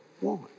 want